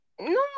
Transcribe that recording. no